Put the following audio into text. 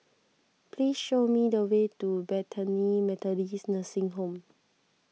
please show me the way to Bethany Methodist Nursing Home